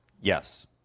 Yes